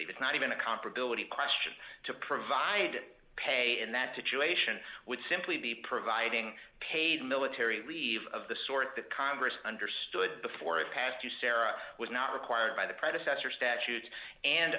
leave it's not even a comparability question to provide pay in that situation would simply be providing paid military leave of the sort that congress understood before it passed usera was not required by the predecessor statute and